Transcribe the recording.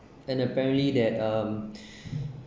and apparently that um